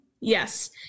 Yes